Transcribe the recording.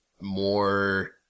more